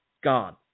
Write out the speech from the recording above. Gone